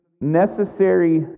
necessary